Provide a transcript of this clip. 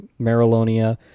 Marilonia